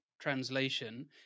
translation